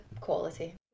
quality